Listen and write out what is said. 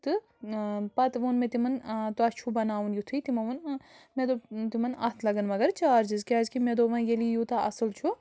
تہٕ پتہٕ ووٚن مےٚ تِمن تۄہہِ چھُو بناوُن یُتھُے تِمو ووٚن إ مےٚ دوٚپ تِمَن اَتھ لَگن مگر چارجِز کیٛازِ کہِ مےٚ دوٚپ وَنہِ ییٚلہِ یہِ یوٗتاہ اَصٕل چھُ